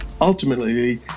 ultimately